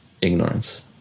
ignorance